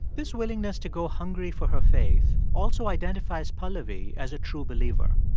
this willingness to go hungry for her faith also identifies pahlavi as a true believer.